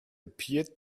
appeared